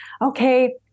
okay